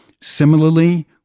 Similarly